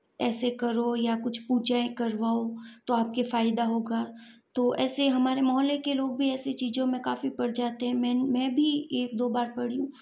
ऐसे करो या कुछ पूजाएँ करवाओ तो आपके फ़ायदा होगा तो ऐसे हमारे मोहल्ले के लोग भी ऐसी चीज़ों में काफ़ी पड़ जाते हैं मैं मैं भी एक दो बार पड़ी हूँ